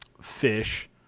fish